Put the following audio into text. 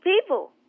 people